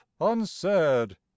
unsaid